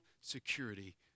security